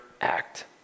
act